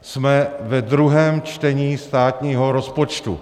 Jsme ve druhém čtení státního rozpočtu.